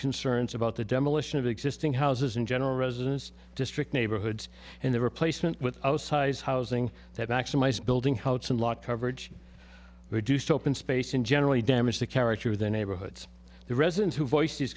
concerns about the demolition of existing houses in general residents district neighborhoods and the replacement with size housing that maximize building house and lot coverage reduced open space and generally damage the character of the neighborhoods the residents who voice